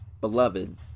beloved